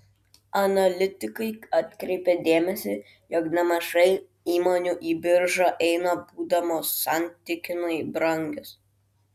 analitikai atkreipia dėmesį jog nemažai įmonių į biržą eina būdamos santykinai brangios